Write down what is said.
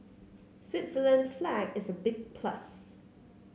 Switzerland's flag is a big plus